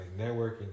networking